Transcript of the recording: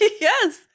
Yes